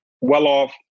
Well-off